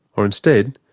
or instead,